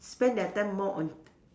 spend their time more on